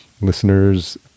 listeners